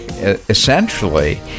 Essentially